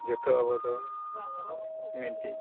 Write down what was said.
ᱡᱚᱛᱚ ᱟᱵᱚ ᱫᱚ ᱢᱤᱫᱴᱤᱡ